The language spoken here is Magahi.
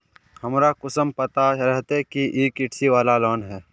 हमरा कुंसम पता रहते की इ कृषि वाला लोन है?